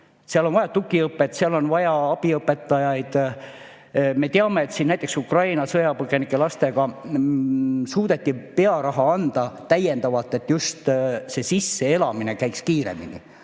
Seal on vaja tugiõpet, seal on vaja abiõpetajaid. Me teame, et näiteks Ukraina sõjapõgenike laste puhul suudeti eraldada täiendavat pearaha, et sisseelamine käiks kiiremini.